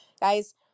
guys